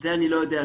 את זה אני לא יודע.